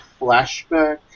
flashback